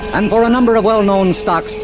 and for a number of well-known stocks,